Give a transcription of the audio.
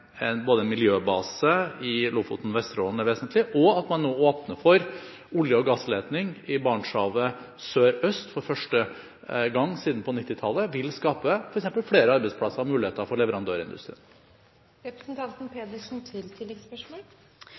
en miljøbase i Lofoten og Vesterålen er vesentlig, og det at man nå åpner for olje- og gassleting i Barentshavet sørøst for første gang siden på 1990-tallet, vil f.eks. skape flere arbeidsplasser og muligheter for leverandørindustrien.